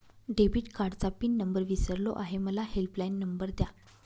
debit कार्डचा PIN number मी विसरलो आहे मला हेल्पलाइन नंबर द्या